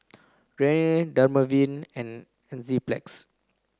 Rene Dermaveen and Enzyplex